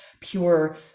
pure